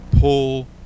pull